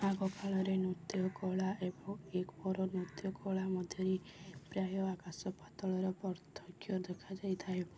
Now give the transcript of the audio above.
ଆଗକାଳରେ ନୃତ୍ୟ କଳା ଏବଂ ଏବେର ନୃତ୍ୟ କଳା ମଧ୍ୟରେ ପ୍ରାୟ ଆକାଶ ପାତଳର ପାର୍ଥକ୍ୟ ଦେଖାଯାଇଥାଏ